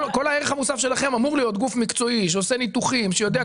כל הערך המוסף שלכם אמור להיות גוף מקצועי שעושה ניתוחים ויודע,